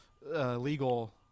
Legal